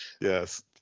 yes